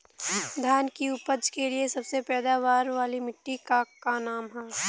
धान की उपज के लिए सबसे पैदावार वाली मिट्टी क का नाम ह?